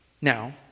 Now